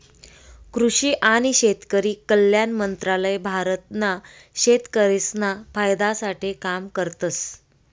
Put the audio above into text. कृषि आणि शेतकरी कल्याण मंत्रालय भारत ना शेतकरिसना फायदा साठे काम करतस